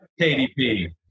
KDP